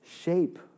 shape